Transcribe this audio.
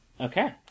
Okay